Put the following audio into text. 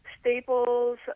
Staples